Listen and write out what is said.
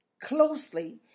closely